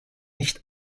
nicht